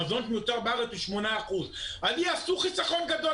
המזון שמיוצר בארץ הוא 8%. אז יעשו חיסכון גדול